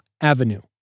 Avenue